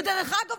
ודרך אגב,